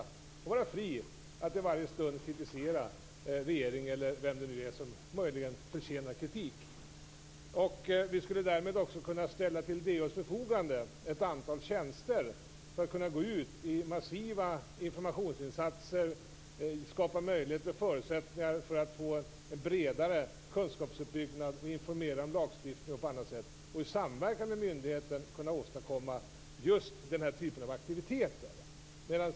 DO skall vara fri att i varje stund kritisera regering eller vem det nu är som möjligen förtjänar kritik. Vi skulle därmed också kunna ställa ett antal tjänster till DO:s förfogande för att man skall kunna gå ut med massiva informationsinsatser, för att skapa möjligheter och förutsättningar för en bredare kunskapsuppbyggnad och för att informera om lagstiftning. Det gäller att man i samverkan med myndigheten skall kunna åstadkomma just den här typen av aktiviteter.